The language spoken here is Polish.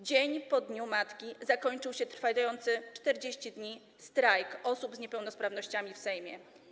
Dzień po Dniu Matki zakończył się trwający 40 dni strajk osób z niepełnosprawnościami w Sejmie.